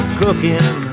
cooking